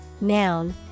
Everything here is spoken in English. noun